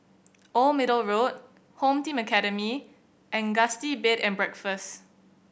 Old Middle Road Home Team Academy and Gusti Bed and Breakfast